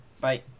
Bye